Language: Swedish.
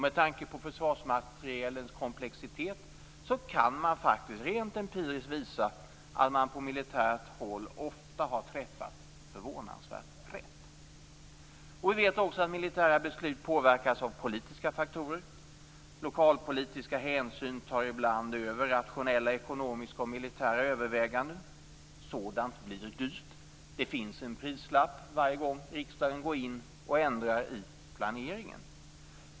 Med tanke på försvarsmaterielens komplexitet kan man faktiskt rent empiriskt visa att man på militärt håll ofta har träffat förvånansvärt rätt. Vi vet också att militära beslut påverkas av politiska faktorer. Lokalpolitiska hänsyn tar ibland över rationella ekonomiska och militära överväganden. Sådant blir dyrt. Det finns en prislapp varje gång riksdagen går in och ändrar i planeringen.